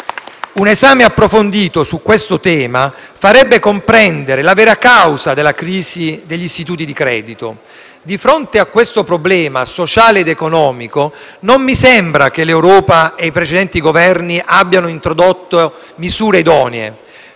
Un esame approfondito su questo tema farebbe comprendere la vera causa della crisi degli istituti di credito. Di fronte a questo problema sociale ed economico non mi sembra che l'Europa e i precedenti Governi abbiano introdotto misure idonee.